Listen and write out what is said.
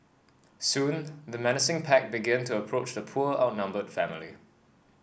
soon the menacing pack began to approach the poor outnumbered family